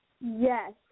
Yes